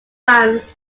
fans